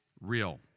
real